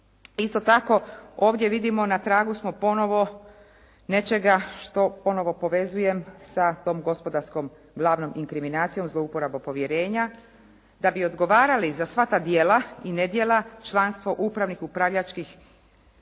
Isto tako ovdje vidimo na tragu smo ponovo nečega što ponovo povezujem sa tom gospodarskom glavnom inkriminacijom zlouporabom povjerenja da bi odgovarali za sva ta djela i nedjela članstvo upravnih, upravljačkih